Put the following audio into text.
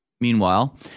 Meanwhile